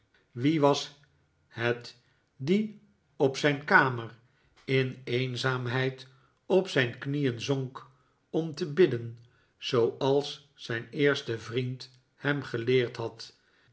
haar was het die op zijn kamer in eenzaamheid op zijn knieen zonk om te bidden zooals zijn eerste vriend hem geleerd had